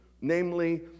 namely